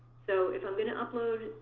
so if i'm going to upload